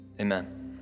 Amen